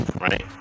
right